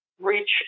Reach